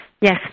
Yes